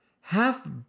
half